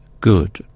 good